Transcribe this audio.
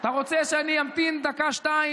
אתה רוצה שאני אמתין דקה-שתיים?